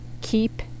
Keep